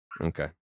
Okay